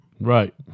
Right